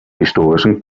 historischen